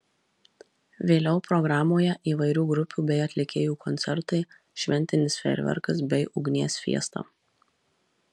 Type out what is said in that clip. vėliau programoje įvairių grupių bei atlikėjų koncertai šventinis fejerverkas bei ugnies fiesta